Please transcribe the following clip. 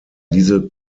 diese